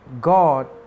God